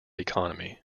economy